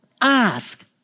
Ask